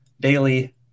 daily